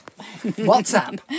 WhatsApp